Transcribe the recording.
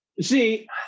see